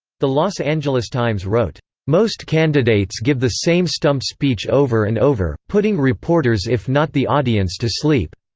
the los angeles times wrote, most candidates give the same stump speech over and over, putting reporters if not the audience to sleep.